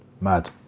Mad